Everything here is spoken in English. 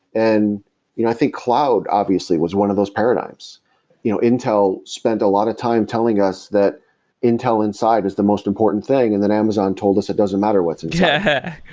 and you know i think cloud obviously was one of those paradigms you know intel spent a lot of time telling us that intel inside is the most important thing, and then amazon told us, it doesn't matter what's and yeah